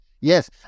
Yes